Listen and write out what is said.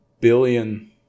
billion